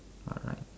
alright